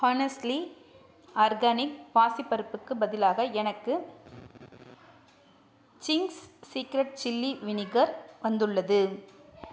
honestly organic பாசிப் பருப்புக்குப் பதிலாக எனக்கு சிங்க்ஸ் சீக்ரட் சில்லி வினீகர் வந்துள்ளது